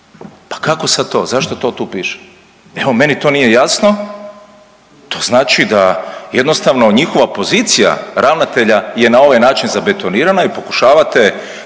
Pa kao sad to, zašto to tu piše? Evo, meni to nije jasno, to znači da jednostavno njihova pozicija ravnatelja je na ovaj način zabetonirana i pokušavate